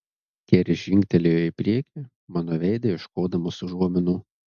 keris žingtelėjo į priekį mano veide ieškodamas užuominų